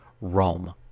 Rome